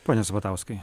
pone sabatauskai